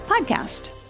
podcast